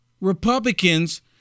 Republicans